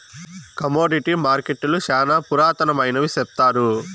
commodity మార్కెట్టులు శ్యానా పురాతనమైనవి సెప్తారు